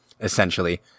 essentially